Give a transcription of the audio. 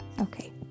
Okay